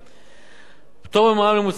פטור ממע"מ על מוצרים אלה יצריך פיקוח